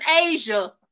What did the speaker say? Asia